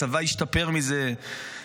הצבא ישתפר מזה,